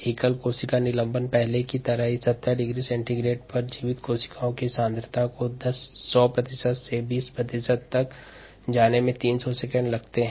एकल कोशिका निलंबन में पूर्व की तरह 70 डिग्री सेल्सियस पर जीवित कोशिका सांद्रता को 100 प्रतिशत् से 20 प्रतिशत् तक जाने में 300 सेकंड लगते हैं